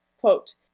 Quote